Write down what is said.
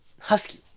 Husky